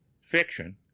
Fiction